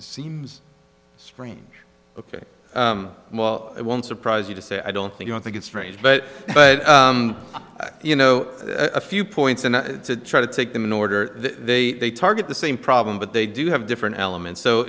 seems strange ok well it won't surprise you to say i don't think i don't think it's strange but but you know a few points and try to take them in order they they target the same problem but they do have different elements so